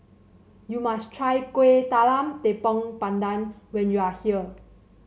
you must try Kueh Talam Tepong Pandan when you are here